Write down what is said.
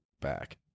back